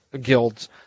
Guilds